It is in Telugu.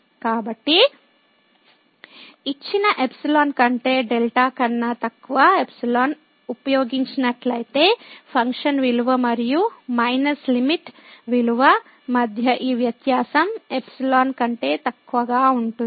కాబట్టి ఇచ్చిన ϵ కంటే δ కన్నా తక్కువ ϵ ఉపయోగించినట్లయితే ఫంక్షన్ విలువ మరియు మైనస్ లిమిట్ విలువ మధ్య ఈ వ్యత్యాసం ϵ కంటే తక్కువగా ఉంటుంది